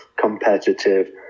competitive